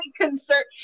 concerned